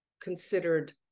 considered